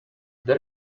there